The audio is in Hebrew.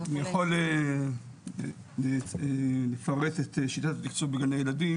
אני יכול לפרט את שיטת התקצוב בגני ילדים